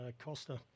Costa